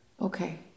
okay